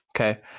Okay